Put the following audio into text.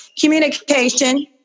communication